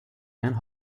and